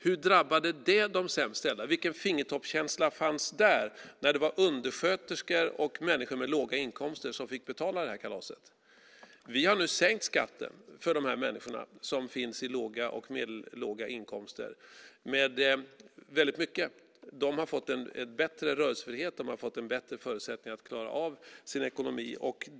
Hur drabbade det de sämst ställda? Vilken fingertoppskänsla fanns där när det var undersköterskor och människor med låga inkomster som fick betala kalaset? Vi har nu sänkt skatten för de människor som har låga och medellåga inkomster väldigt mycket. De har fått en större rörelsefrihet och bättre förutsättningar att klara av sin ekonomi.